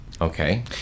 Okay